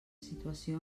situació